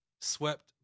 swept